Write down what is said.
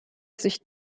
sich